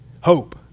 hope